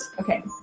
Okay